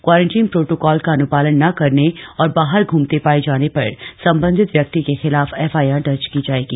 quarantine protocol का अन्पालन न करने और बाहर घूमते पाये जाने पर सम्बन्धित व्यक्ति के खिलाफ एफआईआर दर्ज की जाएगी